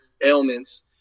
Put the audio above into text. ailments